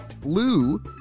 blue